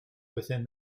within